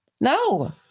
No